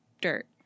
dirt